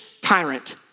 tyrant